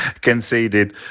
conceded